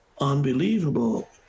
unbelievable